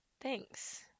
Thanks